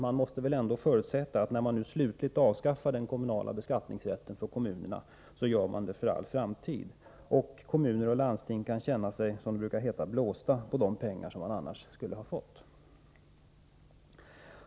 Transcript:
Man måste väl ändå förutsätta att när nu den kommunala beskattningsrätten för kommunerna slutligen avskaffas, så gäller detta för all framtid. Kommuner och landsting kan alltså, som det brukar heta, känna sig blåsta på de pengar som de annars skulle ha fått.